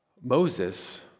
Moses